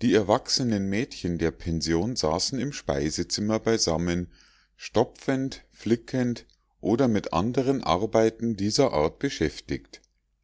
die erwachsenen mädchen der pension saßen im speisezimmer beisammen stopfend flickend oder mit anderen arbeiten dieser art beschäftigt